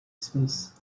space